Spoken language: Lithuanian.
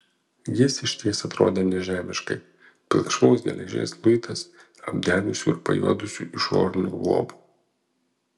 jis išties atrodė nežemiškai pilkšvos geležies luitas apdegusiu ir pajuodusiu išoriniu luobu